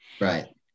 Right